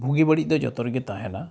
ᱵᱩᱜᱤᱼᱵᱟᱹᱲᱤᱡ ᱫᱚ ᱡᱚᱛᱚ ᱨᱮᱜᱮ ᱛᱟᱦᱮᱱᱟ